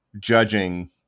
judging